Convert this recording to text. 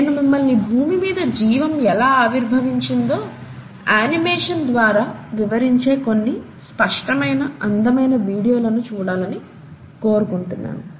నేను మిమ్మల్ని భూమి మీద జీవం ఎలా ఆవిర్భవించిందో ఆనిమేషన్ ద్వారా వివరించే కొన్ని స్పష్టమైన అందమైన వీడియోలు చూడాలని కోరుకుంటున్నాను